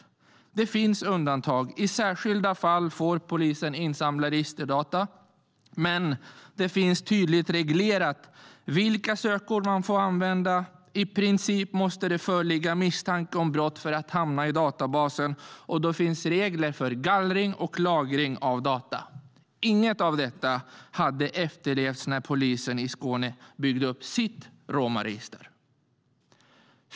Det finns undantag. I särskilda fall får polisen insamla registerdata. Men det finns tydligt reglerat vilka sökord man får använda och att det i princip måste föreligga misstanke om brott för att hamna i databasen. Det finns regler för gallring och lagring av data. Inget av detta hade efterlevts när polisen i Skåne byggde upp sitt romregister.